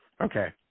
Okay